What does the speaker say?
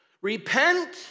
Repent